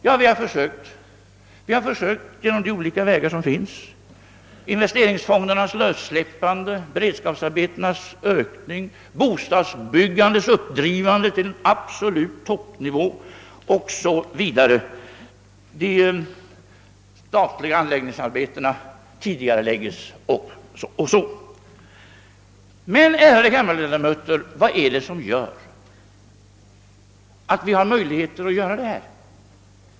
Ja, vi har försökt genom att gå de olika vägar som finns: investeringsfondernas lössläppande, beredskapsarbetenas ökning, bostadsbyggandets uppdrivande till absolut toppnivå, de statliga anläggningsarbetena tidigareläggs, o. s. v. Men, ärade kammarledamöter, vad är det som ger oss möjligheter till detta?